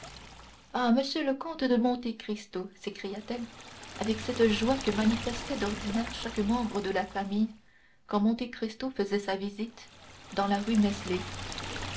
ah monsieur le comte de monte cristo s'écria-t-elle avec cette joie que manifestait d'ordinaire chaque membre de la famille quand monte cristo faisait sa visite dans la rue